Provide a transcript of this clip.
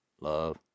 Love